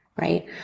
right